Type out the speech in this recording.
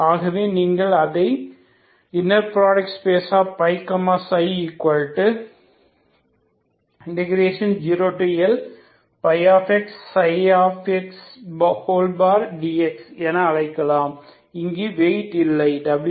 ஆகவே நீங்கள் அதை ΦѰ ∶ 0LΦѰdx என அழைக்கலாம் இங்கு வெயிட் இல்லை w1